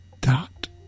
dot